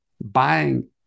buying